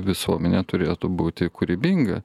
visuomenė turėtų būti kūrybinga